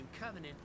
covenant